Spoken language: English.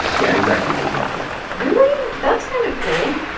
yeah, exactly, for example really? that's kind of cool.